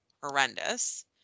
horrendous